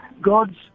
God's